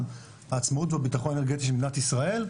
העצמאות והבטחון האנרגטי של מדינת ישראל,